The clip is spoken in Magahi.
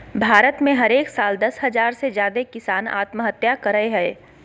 भारत में हरेक साल दस हज़ार से ज्यादे किसान आत्महत्या करय हय